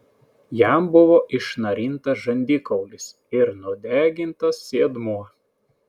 jam buvo išnarintas žandikaulis ir nudegintas sėdmuo